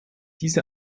diese